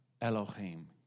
Elohim